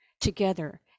together